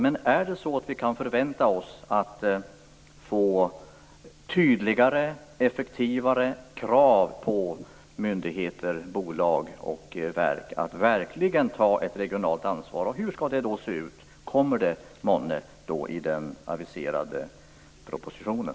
Kan vi förvänta oss att få tydligare och effektivare krav på myndigheter, bolag och verk att ta ett konkret regionalt ansvar, och hur skall detta se ut? Kommer detta månne att tas upp i den aviserade propositionen?